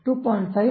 5 ಆಗಿದೆ